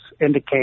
indicate